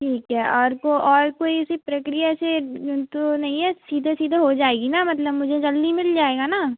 ठीक है और को और कोइ इसी प्रकिरया से जन तो नहीं है सीधा सीधा हो जाएगी ना मतलब मुझे जल्दी मिल जाएगा ना